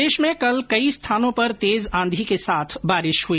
प्रदेश में कल कई स्थानों पर तेज आंधी के साथ बारिश हुई